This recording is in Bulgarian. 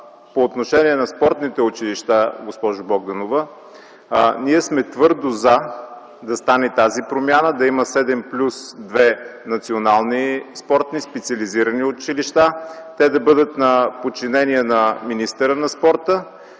по отношение на спортните училища, госпожо Богданова, ние сме твърдо „за” да стане тази промяна, да има 7 плюс 2 национални спортни специализирани училища, те да бъдат на подчинение на министъра на спорта,